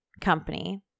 company